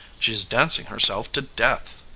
she's dancing herself to death.